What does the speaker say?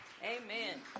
amen